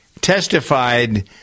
testified